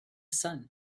sun